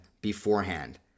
beforehand